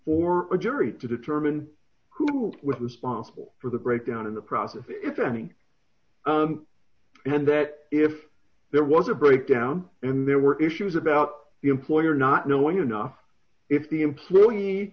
for a jury to determine who was the sponsible for the breakdown in the process if any and that if there was a breakdown and there were issues about the employer not knowing enough if the employe